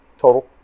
Total